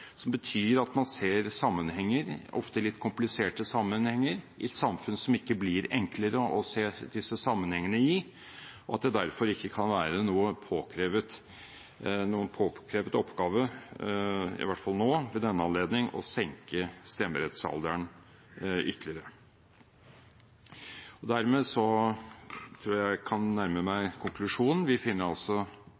som betyr at man ser sammenhenger, ofte litt kompliserte sammenhenger, i et samfunn som ikke blir enklere å se disse sammenhengene i, og at det derfor ikke kan være noen påkrevet oppgave – i hvert fall nå ved denne anledning – å senke stemmerettsalderen ytterligere. Dermed tror jeg jeg kan nærme meg